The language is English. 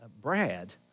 Brad